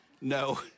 No